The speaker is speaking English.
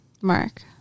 Mark